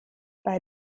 bei